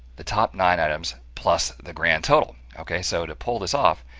the top nine items plus the grand total. ok, so to pull this off,